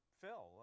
Phil